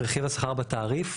רכיב השכר בתעריף,